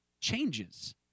changes